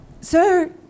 Sir